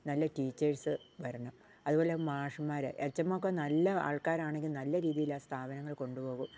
നല്ല ടീച്ചേഴ്സ് വരണം അതുപോലെ മാഷന്മാരെ എച്ച് എം ഒക്കെ നല്ല ആൾക്കാർ ആണെങ്കിൽ നല്ല രീതിയിലാണ് ആ സ്ഥാപനങ്ങൾ കൊണ്ടു പോകും